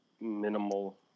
minimal